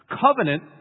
Covenant